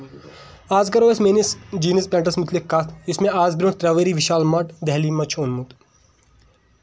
آز کرو أسۍ میٲنِس جیٖنٔز پینٛٹس مُتعلِق کَتھ یُس مےٚ آز برونٛٹھ ترے ؤری دہلی منٛز چھُ اوٚنمُت